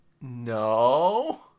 no